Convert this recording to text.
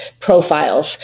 profiles